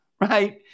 right